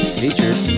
features